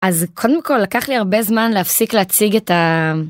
אז קודם כל לקח לי הרבה זמן להפסיק להציג את ה...